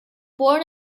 born